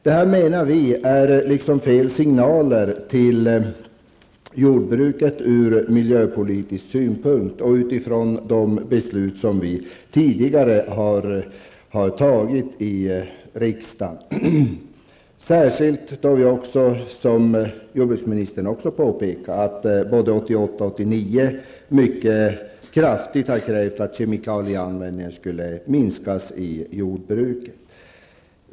Vi menar att detta är fel signal till jordbruket ur miljöpolitisk synpunkt och med hänsyn till de beslut som vi tidigare har fattat i riksdagen -- särskilt då vi, som jordbruksministern också påpekar, både 1988 och 1989 mycket kraftigt har krävt att kemikalieanvändningen skulle minskas i jordbruket.